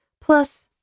Plus